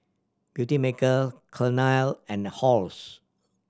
Beautymaker Cornell and Halls